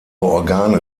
organe